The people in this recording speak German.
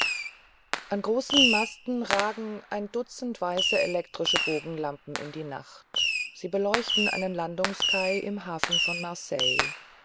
an großen masten ragen ein dutzend weiße elektrische bogenlampen in die nacht sie beleuchten einen landungskai im hafen von marseille